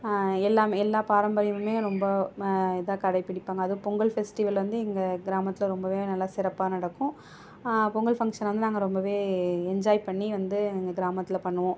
எல்லாமே எல்லா பாரம்பரியமுமே ரொம்ப இதாக கடைபிடிப்பாங்க அது பொங்கல் ஃபெஸ்ட்டிவெல் வந்து இங்கே கிராமத்தில் ரொம்ப சிறப்பாக நடக்கும் பொங்கல் ஃபங்க்ஷன் வந்து ரொம்ப என்ஜாய் பண்ணி வந்து எங்கள் கிராமத்தில் பண்ணுவோம்